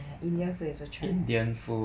indian food you also try